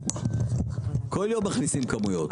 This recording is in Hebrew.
כל יום מכניסים כמויות.